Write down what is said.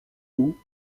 loup